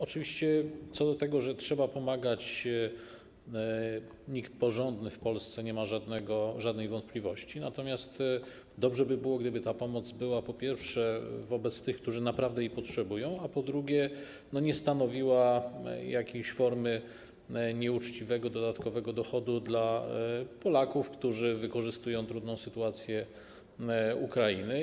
Oczywiście co do tego, że trzeba pomagać, nikt porządny w Polsce nie ma żadnych wątpliwości, natomiast dobrze by było, gdyby ta pomoc, po pierwsze, była kierowana do tych, którzy naprawdę jej potrzebują, a po drugie, nie stanowiła jakiejś formy nieuczciwego dodatkowego dochodu dla Polaków, którzy wykorzystują trudną sytuację Ukrainy.